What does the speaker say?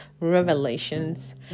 revelations